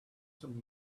some